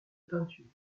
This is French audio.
peintures